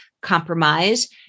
compromise